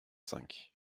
cinq